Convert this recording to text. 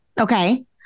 Okay